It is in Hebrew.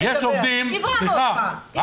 זה אומר שהנוסחה שלך בעייתית,